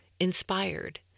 inspired